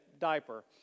diaper